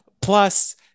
Plus